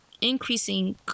increasing